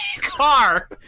car